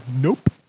nope